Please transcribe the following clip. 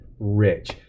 rich